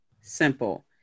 simple